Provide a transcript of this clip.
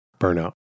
burnout